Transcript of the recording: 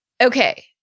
Okay